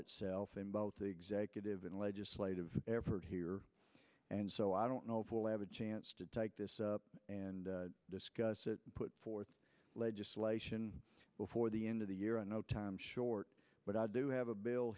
itself in both the executive and legislative effort here and so i don't know if we'll have a chance to take this up and discuss it put forth legislation before the end of the year and no time short but i do have a bill